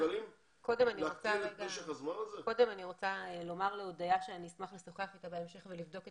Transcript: אני רוצה קודם לומר להודיה שאני אשמח לשוחח אתה בהמשך ולבדוק את